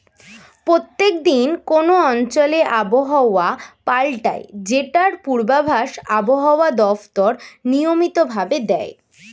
প্রত্যেক দিন কোন অঞ্চলে আবহাওয়া পাল্টায় যেটার পূর্বাভাস আবহাওয়া দপ্তর নিয়মিত ভাবে দেয়